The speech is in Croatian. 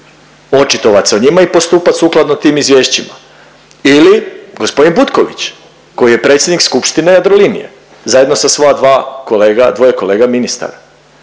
očitovat se o njima i postupat sukladno tim izvješćima ili gospodin Butković, koji je predsjednik skupštine Jadrolinije zajedno sa svoja dva kolega, dvoje kolega ministara.